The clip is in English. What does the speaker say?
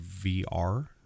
VR